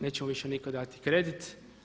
Neće mu više nitko dati kredit.